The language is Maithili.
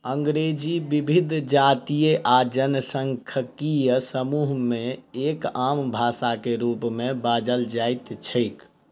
अंग्रेजी विविध जातीय आ जनसांख्यिकीय समूह मे एक आम भाषा के रूप मे बाजल जाइत छैक